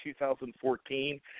2014